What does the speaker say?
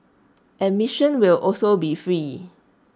admission will also be free